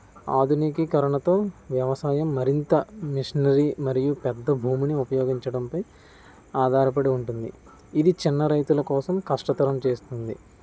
ఆధునికికరణతో వ్యవసాయం మరింత మిషనరీ మరియు పెద్ద భూమిని ఉపయోగించడంపై ఆధారపడి ఉంటుంది ఇది చిన్న రైతుల కోసం కష్టతరం చేస్తుంది